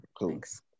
Thanks